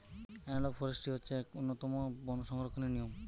analogue forestry হচ্ছে এক উন্নতম বন সংরক্ষণের নিয়ম